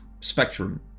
spectrum